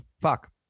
fuck